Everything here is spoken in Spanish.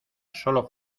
solo